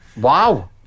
Wow